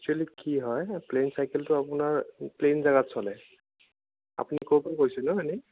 actually কি হয় plain চাইকেলটো আপোনাৰ প্লেইন জাগাত চলে আপুনি ক'ৰ পৰা কৈছে নো এনেই